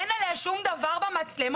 אין עליה שום דבר במצלמות?